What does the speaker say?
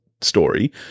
story